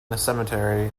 cemetery